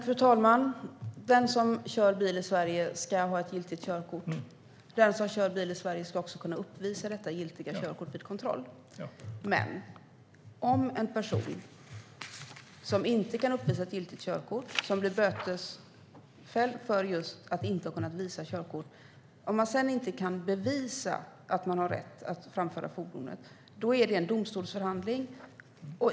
Fru talman! Den som kör bil i Sverige ska ha ett giltigt körkort. Den som kör bil i Sverige ska också kunna uppvisa detta giltiga körkort vid kontroll. Men om en person inte kan uppvisa ett giltigt körkort och blir bötfälld just för detta och sedan inte kan bevisa att man har rätt att framföra fordonet blir det en domstolsförhandling.